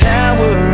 Tower